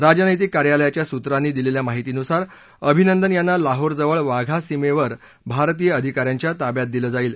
राजनैतिक कार्यालयाच्या सूत्रांनी दिलेल्या माहितीनुसार अभिनदन यांना लाहोर जवळ वाघा सीमेवर भारतीय अधिकाऱ्यांच्या ताब्यात दिलं जाईल